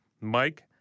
Mike